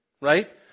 Right